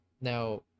Now